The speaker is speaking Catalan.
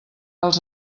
els